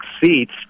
seats